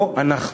לא אנחנו.